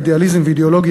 אידיאליזם ואידיאולוגיה,